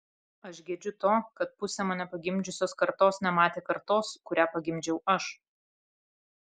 aš gedžiu to kad pusė mane pagimdžiusios kartos nematė kartos kurią pagimdžiau aš